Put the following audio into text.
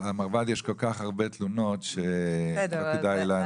על המרב"ד יש כל כך הרבה תלונות, שלא כדאי.